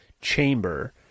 chamber